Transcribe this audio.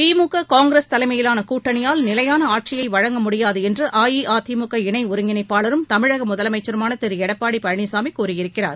திமுக காங்கிரஸ் தலைமையிலான கூட்டணியால் நிலையான ஆட்சியை வழங்க முடியாது என்று அஇஅதிமுக இணை ஒருங்கிணைப்பாளரும் தமிழக முதலமைச்சருமான திரு எடப்பாடி பழனிசாமி கூறியிருக்கிறார்